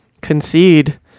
concede